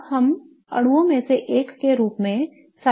अब हम अणुओं में से एक के रूप में cyclooctatetraene देखें